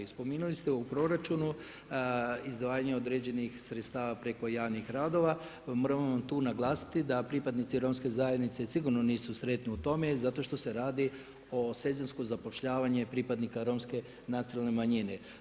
Spominjali ste u proračunu izdvajanje određenih sredstava preko javnih radova, moram tu naglasiti, da pripadnici romske zajednice, sigurno nisu sretni u tome, zato što se radi o sezonskom zapošljavanje pripadnika romske nacionalne manjine.